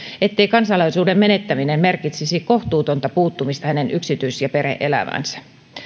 ettei kansalaisuuden menettäminen merkitsisi kohtuutonta puuttumista hänen yksityis ja perhe elämäänsä